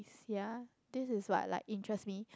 ya this is what like interest me